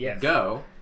Go